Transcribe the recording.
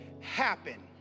happen